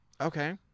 Okay